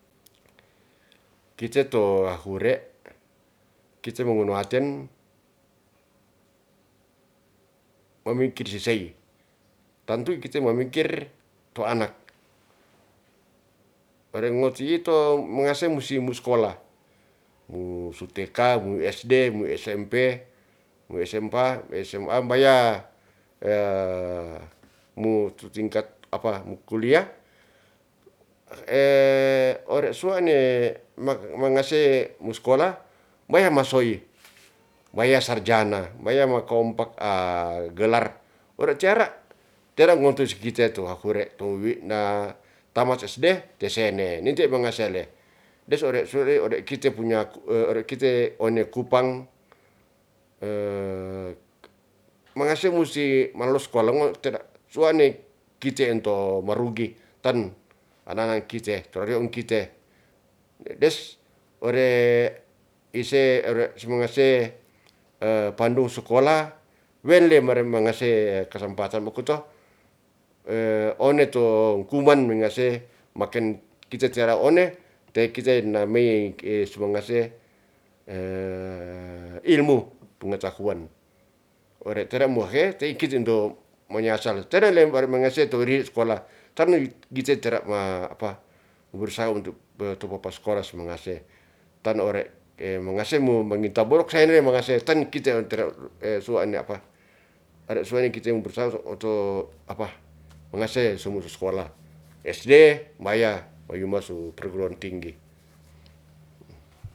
Kite to hure kite mengunuaten, memikir sisey, tantu kite mamikir to anak. Ore ngo ti'i to mangase musti mu skolah, wu su tk, wu sd, wu smp, wu smpa, wu sma mbya mu tu tingkat apa mu kuliah. ore suwa'ne mangase mu skolah maya masoi, maya sarjana, maya ma kompak gelar ore cara tera ngoto sikite to akure to wi'na tamat sd tesene ninte mangasele des ore su ri ode kite punya, ore kite one kupang mangase musti ma lolos skolah ngo tera suwa'ne kite ento marugi tan anak-anak kite, to rio'ong kite des ore ise ore si mangase pandung sukolah welem marem mangase kesempatan mokoto. one to ngkuman mangase maken kite tera one te kite namey su mangase ilmu pengetahuan ore tera mohe te'i ki tendo manyasal terele mari mangase to ri skolah tan kite tera ma apa bersau untuk to bapa skolah su mangase tan ore mangase mu manginta bodok sayane mangase tan kite tera suwa'ni apa are suwani kite mangase sumu tu skolah sd mbaya mayuma su perguruan tinggi